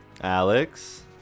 Alex